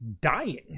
dying